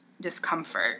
discomfort